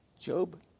Job